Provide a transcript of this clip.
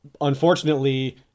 unfortunately